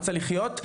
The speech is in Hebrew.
רוצה לחיות.